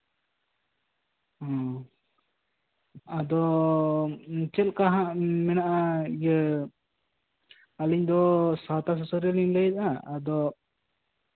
ᱟᱫᱚ ᱪᱮᱫᱞᱮᱠᱟ ᱦᱟᱜ ᱢᱮᱱᱟᱜᱼᱟ ᱤᱭᱟᱹ ᱟᱞᱤᱧ ᱫᱚ ᱥᱟᱶᱛᱟ ᱥᱩᱥᱟᱹᱨᱤ ᱞᱤᱧ ᱞᱟᱹᱭ ᱮᱫᱟ ᱟᱫᱚ